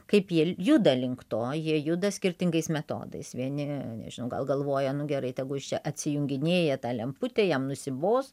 kaip jie juda link to jie juda skirtingais metodais vieni nežinau gal galvoja nu gerai tegu jis čia atsijunginėja tą lemputę jam nusibos